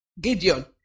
Gideon